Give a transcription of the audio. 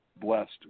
blessed